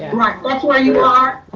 right, that's where you are.